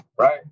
right